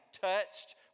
touched